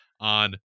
on